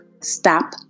Stop